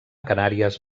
canàries